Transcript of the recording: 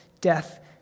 death